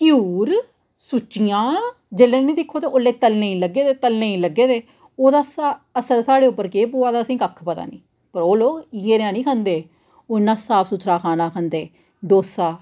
अस छड़े परौंठे घ्यूर सुच्चियां जेल्लै इ'नें गी दिक्खो तलने गी लग्गे दे तलने गी लग्गे दे ओह्दा असर साढ़े पर केह् पवा दे असें गी कक्ख पता नेईं